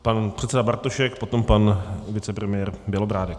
Pan předseda Bartošek, potom pan vicepremiér Bělobrádek.